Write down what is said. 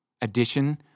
addition